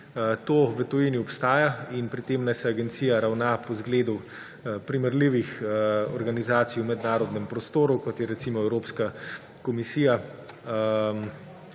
To v tujini obstaja in pri tem naj se agencija ravna po zgledu primerljivih organizacij v mednarodnem prostoru, kot je recimo Evropska komisija,